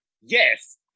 Yes